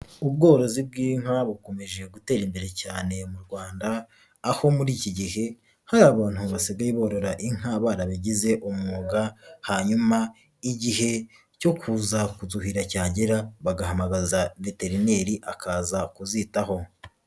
Ubworozi bw'inka bukomeje gutera imbere cyane mu Rwanda, aho muri iki gihe hari abantu basigaye borora inka barabigize umwuga, hanyuma igihe cyo kuza kuzuhira cyagera bagahamagaza veterineri akaza kuzitaho.